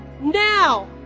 now